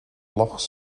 loch